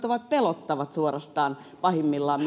ovat pelottavat suorastaan pahimmillaan